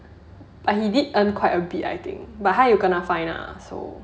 but he did earn quite a bit I think but 他有 kena fine lah so